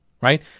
right